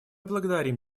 благодарим